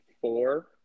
four